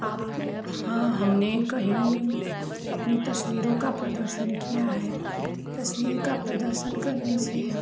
आप हाँ हमने कहीं अपनी तस्वीरों का प्रदर्शन किया है तस्वीर का प्रदर्शन करने से